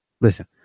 Listen